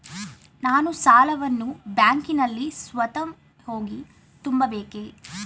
ನಾನು ಸಾಲವನ್ನು ಬ್ಯಾಂಕಿನಲ್ಲಿ ಸ್ವತಃ ಹೋಗಿ ತುಂಬಬೇಕೇ?